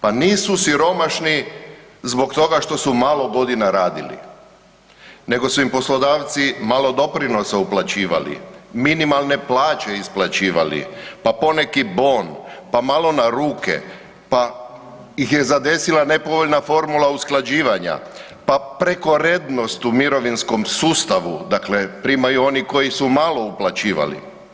Pa nisu siromašni zbog toga što su malo godina radili nego su im poslodavci malo doprinosa uplaćivali, minimalne plaće isplaćivali, pa poneki bon, pa malo na ruke pa ih je zadesila nepovoljna formula usklađivanja, pa prekorednost u mirovinskom sustavu, dakle primaju oni koji su malo uplaćivali.